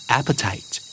Appetite